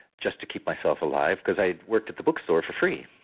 just to keep myself alive because i'd worked at the bookstore for free.